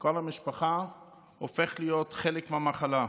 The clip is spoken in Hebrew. כל המשפחה הופכת להיות חלק מהמחלה.